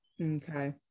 Okay